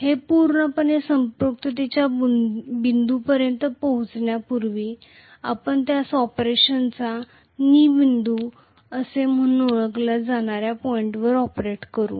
हे पूर्णपणे संपृक्ततेच्या बिंदूपर्यंत पोहोचण्यापूर्वी आपण त्यास ऑपरेशनचा कनी बिंदू म्हणून ओळखल्या जाणाऱ्या पॉईंटवर ऑपरेट करू